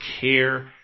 care